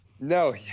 No